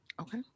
Okay